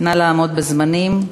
נא לעמוד בזמנים.